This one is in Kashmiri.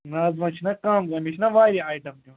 نہَ حظ وۅنۍ چھَنا کَم مےٚ چھُنا واریاہ آیٹَم نِنۍ